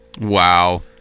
Wow